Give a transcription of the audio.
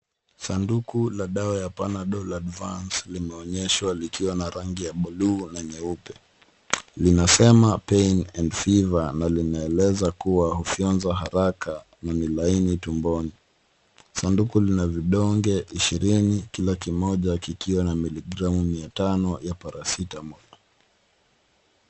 Sanduku la dawa ya panadol la, advance, limeonyeshwa likiwa na rangi ya buluu na nyeupe. Linasema, ain and fever na linaeleza kuwa hufyonzwa haraka na ni laini tumboni. Sanduku lina vidonge ishirini kila kimoja kikiwa na miligramu mia tano ya Paracetamol.